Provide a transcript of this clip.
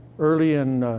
early in.